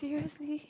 seriously